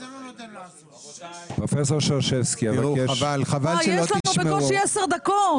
ד"ר שרשבסקי, אבקש --- יש לנו בקושי עשר דקות.